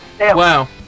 Wow